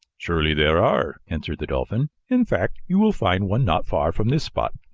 surely, there are, answered the dolphin. in fact you'll find one not far from this spot.